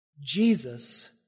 Jesus